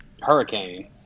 Hurricane